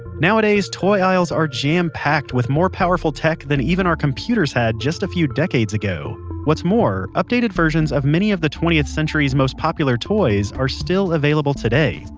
nowadays, toy aisles are jam-packed with more powerful tech than even our computers had just a few decades ago what's more, updated versions of many of the twentieth century's popular toys are still available today,